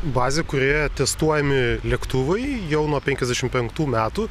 bazė kurioje testuojami lėktuvai jau nuo penkiasdešim penktų metų